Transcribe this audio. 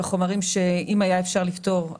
על החומרים שרצוי היה לפטור,